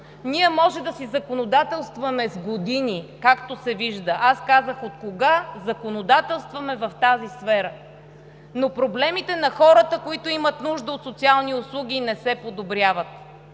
Ние можем да си законодателстваме с години, както се вижда, аз казах откога законодателстваме в тази сфера, но проблемите на хората, които имат нужда от социални услуги, не се решават.